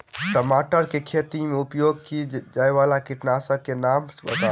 टमाटर केँ खेती मे उपयोग की जायवला कीटनासक कऽ नाम बताऊ?